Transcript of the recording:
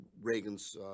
Reagan's